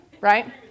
right